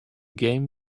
game